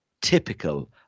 typical